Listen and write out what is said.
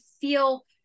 feel